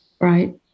right